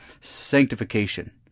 sanctification